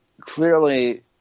clearly